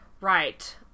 Right